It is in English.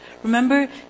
Remember